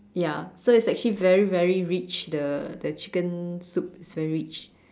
ya so it's actually very very rich the the chicken soup is very rich